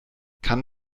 kann